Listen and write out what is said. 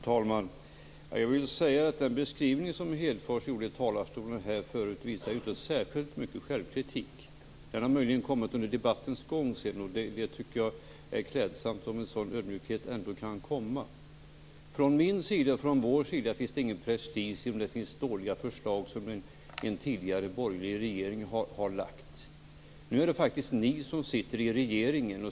Fru talman! Jag vill säga att den beskrivning som Hedfors gjorde i talarstolen förut inte visar särskilt mycket självkritik. Den har möjligen kommit under debattens gång, och jag tycker att det är klädsamt om en sådan ödmjukhet kan komma. Från vår sida finns det ingen prestige i om det finns dåliga förslag som en tidigare borgerlig regering har lagt fram. Nu är det faktiskt ni som sitter i regeringen.